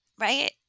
right